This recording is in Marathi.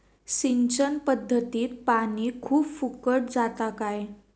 सिंचन पध्दतीत पानी खूप फुकट जाता काय?